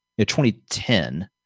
2010